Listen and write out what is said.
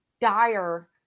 dire